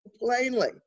plainly